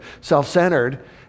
self-centered